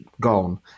gone